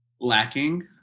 lacking